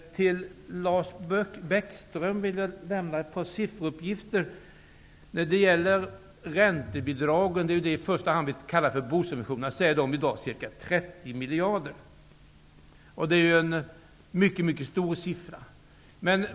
Till Lars Bäckström vill jag lämna ett par sifferuppgifter. Räntebidragen, som vi i första hand syftar på när vi talar om bostadssubventioner, uppgår i dag till ca 30 miljarder, och det är en mycket stor summa.